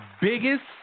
biggest